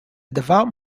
devout